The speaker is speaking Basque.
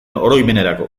oroimenerako